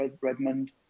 Redmond